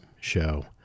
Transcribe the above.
show